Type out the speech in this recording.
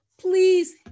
Please